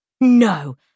No